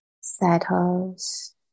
settles